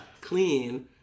clean